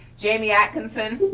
jamie atkinson.